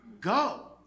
go